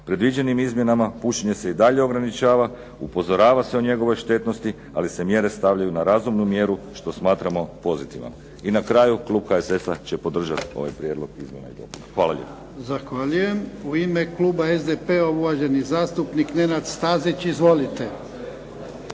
Predviđenim izmjenama pušenje se i dalje ograničava, upozorava se o njegovoj štetnosti ali se mjere stavljaju na razumnu mjeru što smatramo pozitivno. I na kraju klub HSS-a će podržati ovaj prijedlog izmjena i dopuna. Hvala lijepo.